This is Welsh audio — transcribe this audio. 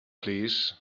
plîs